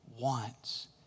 wants